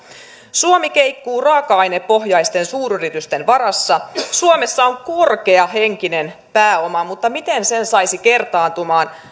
suomi keikkuu raaka ainepohjaisten suuryritysten varassa suomessa on korkea henkinen pääoma mutta miten sen saisi kertaantumaan